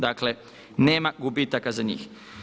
Dakle, nema gubitaka za njih.